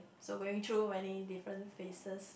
so very true many different faces